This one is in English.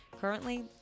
Currently